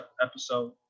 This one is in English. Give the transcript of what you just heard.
episode